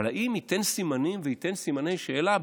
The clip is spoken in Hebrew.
אבל האם זה ייתן סימנים וייתן סימני שאלה?